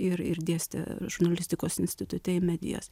ir ir dėstė žurnalistikos institute į medijas